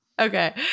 Okay